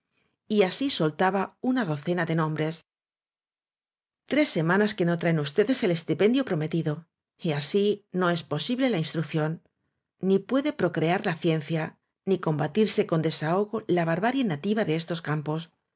y á usted señor de cual y así soltaba una docena de nombres tres semanas que no traen ustedes el estipendio prometido y así no es posible la instrucción ni puede procrear la ciencia ni combatirse con desahogo la barbarie nativa de estos campos